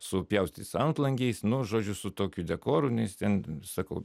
supjaustytais antlangiais nu žodžiu su tokiu dekoru nes jis ten sakau